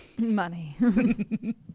Money